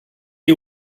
you